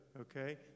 okay